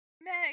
Meg